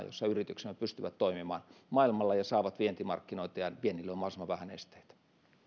jossa yrityksemme pystyvät toimimaan maailmalla ja saavat vientimarkkinoita ja viennille on mahdollisimman vähän esteitä